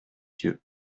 yeux